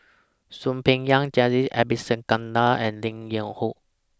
Soon Peng Yam Jacintha Abisheganaden and Lim Yew Hock